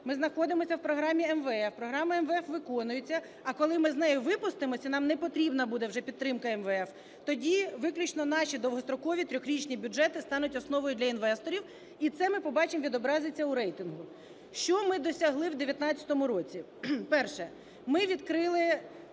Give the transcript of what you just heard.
Ми знаходимося в програмі МВФ, програма МВФ виконується. А коли ми з неї випустимося і нам не потрібна буде вже підтримка МВФ, тоді виключно наші довгострокові трирічні бюджети стануть основою для інвесторів, і це ми побачимо, відобразиться у рейтингу. Що ми досягли в 19-му році? Перше. Ми відкрили